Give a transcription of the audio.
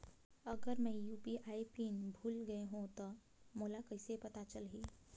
अगर मैं UPI PIN भुल गये हो तो मोला कइसे पता चलही?